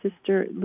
Sister